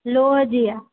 लोह जी आहे